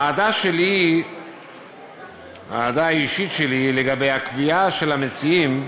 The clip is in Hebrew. האהדה האישית שלי לקביעה של המציעים